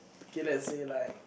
okay let's say like